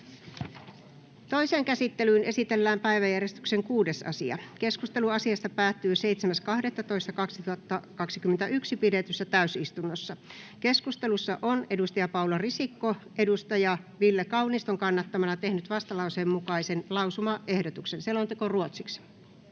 Toiseen käsittelyyn esitellään päiväjärjestyksen 3. asia. Keskustelu asiasta päättyi 7.12.2021 pidetyssä täysistunnossa. Keskustelussa on Ville Kaunisto Kaisa Juuson kannattamana tehnyt vastalauseen mukaisen lausumaehdotuksen. [Speech 3]